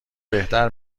بهتر